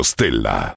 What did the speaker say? Stella